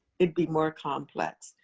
it'd be more complex.